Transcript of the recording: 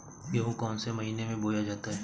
गेहूँ कौन से महीने में बोया जाता है?